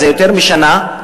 יותר משנה.